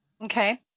Okay